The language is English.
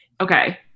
Okay